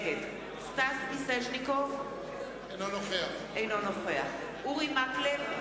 נגד סטס מיסז'ניקוב, אינו נוכח אורי מקלב,